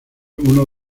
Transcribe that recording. uno